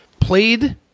played